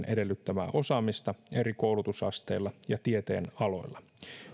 edellyttämää osaamista eri koulutusasteilla ja tieteenaloilla